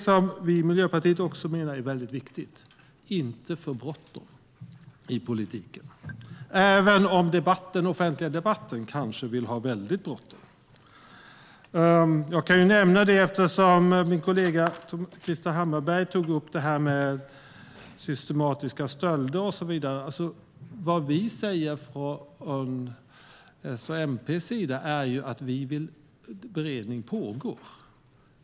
Vi i Miljöpartiet menar att det är väldigt viktigt att inte ha för bråttom i politiken, även om man i den offentliga debatten kanske vill ha väldigt bråttom. Min kollega Krister Hammarbergh tog upp systematiska stölder och så vidare. Vad vi säger från S och MP:s sida är att beredning pågår.